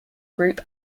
group